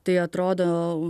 tai atrodo